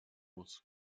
muss